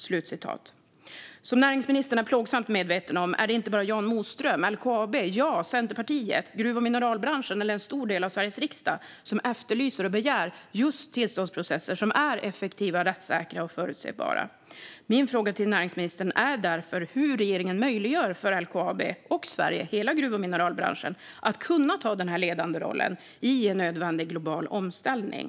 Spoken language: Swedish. Som näringsministern är plågsamt medveten om är det inte bara Jan Moström, LKAB, jag, Centerpartiet, gruv och mineralbranschen och en stor del av Sveriges riksdag som efterlyser och begär just tillståndsprocesser som är effektiva, rättssäkra och förutsägbara. Min fråga till näringsministern är därför hur regeringen möjliggör för LKAB och Sverige, hela gruv och mineralbranschen, att ta en ledande roll i en nödvändig global omställning.